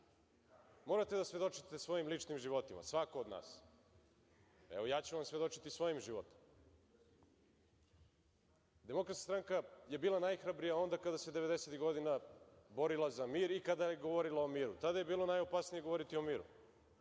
da svedočite svojim ličnim životima, svako od nas. Evo, ja ću vam svedočiti svojim životom. Demokratska stranka je bila najhrabrija onda kada se devedesetih godina borila za mir i kada je govorila o miru. Tada je bilo najopasnije govoriti o miru,